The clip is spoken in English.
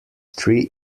three